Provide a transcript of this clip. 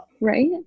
right